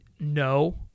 no